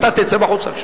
אתה תצא החוצה עכשיו.